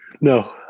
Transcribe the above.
No